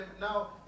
now